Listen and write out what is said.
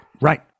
right